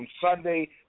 Sunday